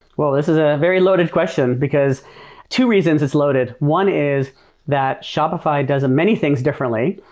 well, this is a very loaded question, because two reasons it's loaded. one is that shopify does many things differently,